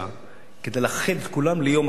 כדי לאחד את כולם ליום אחד של בחירות.